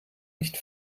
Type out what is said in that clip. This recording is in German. nicht